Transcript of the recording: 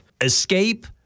escape